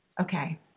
okay